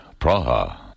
Praha